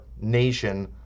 nation